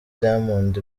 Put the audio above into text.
diamond